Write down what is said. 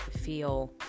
feel